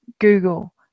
Google